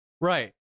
Right